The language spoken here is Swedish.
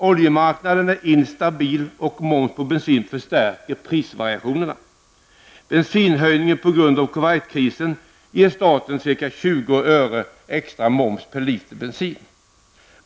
Oljemarknaden är instabil, och moms på bensin förstärker prisvariationerna. Bensinprishöjningen på grund av Kuwaitkrisen ger staten ca 20 öre extra moms per liter bensin.